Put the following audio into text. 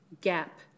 gap